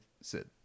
Sid